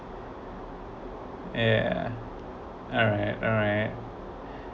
yeah alright alright